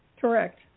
Correct